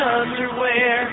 underwear